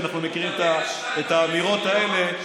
אנחנו מכירים את האמירות האלה,